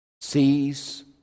sees